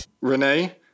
Renee